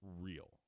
real